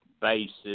basis